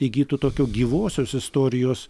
įgytų tokio gyvosios istorijos